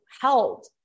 held